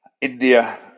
India